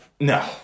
No